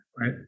right